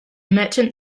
merchant